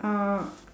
uh